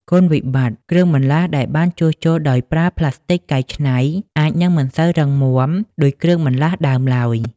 គុណវិបត្តិគ្រឿងបន្លាស់ដែលបានជួសជុលដោយប្រើផ្លាស្ទិកកែច្នៃអាចនឹងមិនសូវរឹងមាំដូចគ្រឿងបន្លាស់ដើមឡើយ។